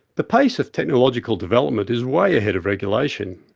the pace of technological development is way ahead of regulation.